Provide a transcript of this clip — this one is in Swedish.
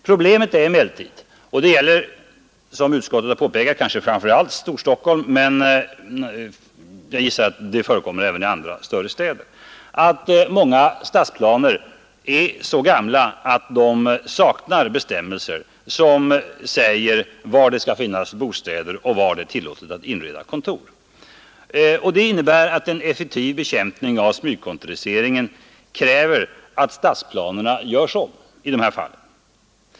Problemet är emellertid — och det gäller som utskottet påpekat kanske framför allt Storstockholm, men jag gissar att det förekommer även i andra större städer — att många stadsplaner är så gamla att de saknar bestämmelser som säger var det skall finnas bostäder och var det är tillåtet att inreda kontor. Det innebär att en effektiv bekämpning av smygkontoriseringen kräver att stadsplaner görs upp i dessa fall.